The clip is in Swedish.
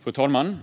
Fru talman!